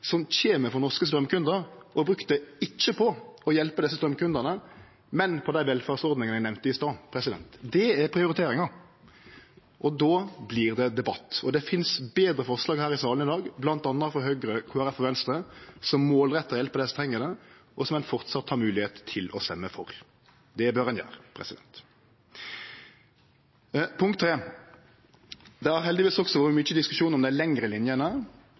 som kjem frå norske straumkundar, og har ikkje brukt det på å hjelpe desse straumkundane, men på dei velferdsordningane eg nemnde i stad. Det er prioriteringa. Då vert det debatt. Det finst betre forslag her i salen i dag, bl.a. frå Høgre, Kristeleg Folkeparti og Venstre, som målretta hjelper dei som treng det, og som ein framleis har moglegheit til å stemme for. Det bør ein gjere. Punkt tre: Det har heldigvis også vore mykje diskusjon om dei lengre linjene,